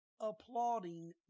applauding